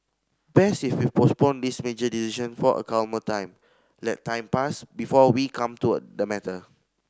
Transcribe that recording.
best if we postponed this major decision for a calmer time let time pass before we come to the matter